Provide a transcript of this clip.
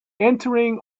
entering